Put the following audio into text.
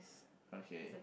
okay